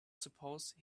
suppose